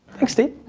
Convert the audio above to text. thanks steve.